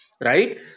right